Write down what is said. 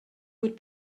would